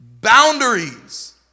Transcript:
Boundaries